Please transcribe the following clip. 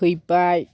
फैबाय